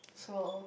so